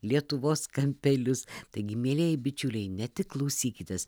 lietuvos kampelius taigi mielieji bičiuliai ne tik klausykitės